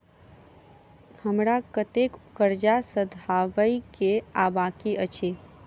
हमरा कतेक कर्जा सधाबई केँ आ बाकी अछि?